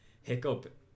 Hiccup